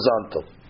horizontal